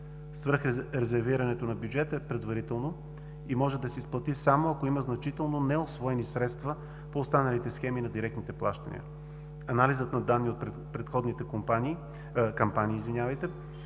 Свръхрезервирането на бюджета е предварително и може да се изплати само ако има значително неусвоени средства по останалите схеми на директните плащания. Анализът на данни от предходните кампании